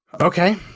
Okay